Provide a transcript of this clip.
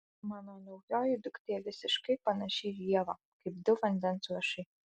mano naujoji duktė visiškai panaši į ievą kaip du vandens lašai